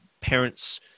parents